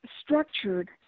structured